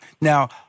Now